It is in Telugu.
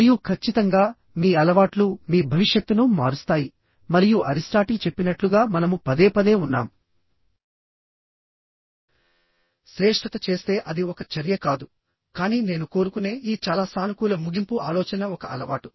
మరియు ఖచ్చితంగా మీ అలవాట్లు మీ భవిష్యత్తును మారుస్తాయి మరియు అరిస్టాటిల్ చెప్పినట్లుగా మనము పదేపదే ఉన్నాం శ్రేష్ఠత చేస్తే అది ఒక చర్య కాదుకానీ నేను కోరుకునే ఈ చాలా సానుకూల ముగింపు ఆలోచన ఒక అలవాటు